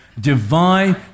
divine